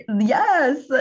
Yes